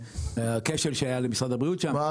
הכשל שהיה למשרד הבריאות שם,